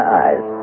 eyes